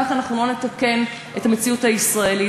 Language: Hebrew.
כך לא נתקן את המציאות הישראלית,